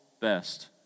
best